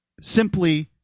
simply